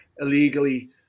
illegally